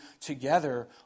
together